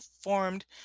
formed